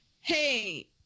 hey